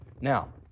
Now